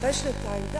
אחרי שנתיים,